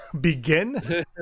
begin